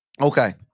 Okay